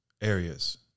areas